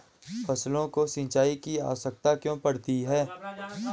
फसलों को सिंचाई की आवश्यकता क्यों पड़ती है?